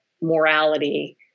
morality